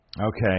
Okay